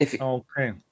okay